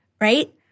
right